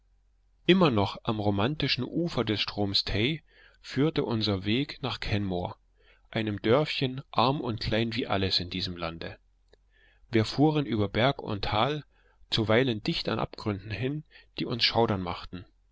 immer noch am romantischen ufer des stroms tay führte unser weg nach kenmore einem dörfchen arm und klein wie alles in diesem lande wir fuhren über berg und tal zuweilen dicht an abgründen hin die uns schaudern machten